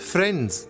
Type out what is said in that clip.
Friends